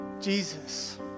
Jesus